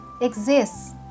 exists